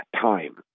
time